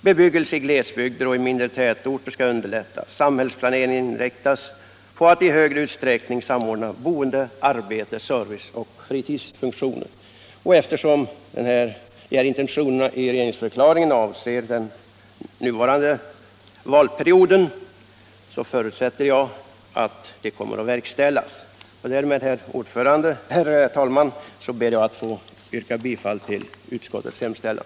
Bebyggelse i glesbygder och mindre tätorter skall underlättas. Samhällsplaneringen inriktas på att i högre utsträckning samordna boende, arbete, service och fritidsfunktioner. Eftersom de här intentionerna i regeringsförklaringen avser den nuvarande valperioden, så förutsätter jag att de kommer att verkställas. Därmed, herr talman, ber jag att få yrka bifall till utskottets hemställan.